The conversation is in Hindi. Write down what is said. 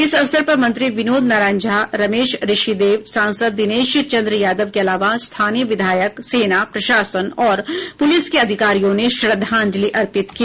इस अवसर पर मंत्री विनोद नारायण झा रमेश ऋषिदेव सांसद दिनेश चंद्र यादव के अलावा स्थानीय विधायक सेना प्रशासन और पुलिस के अधिकारियों ने श्रद्धांजलि अर्पित की